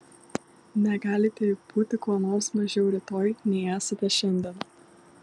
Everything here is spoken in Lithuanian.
negalite juk būti kuo nors mažiau rytoj nei esate šiandien